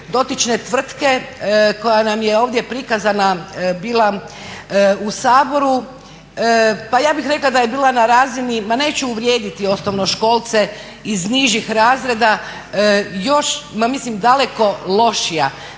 dotične tvrtke koja nam je ovdje prikazana bila u Saboru. Pa ja bih rekla da je bila na razini ma neću uvrijediti osnovnoškolce iz nižih razreda, još ma mislim daleko lošija.